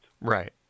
right